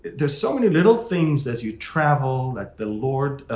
there's so many little things as you travel that the lord,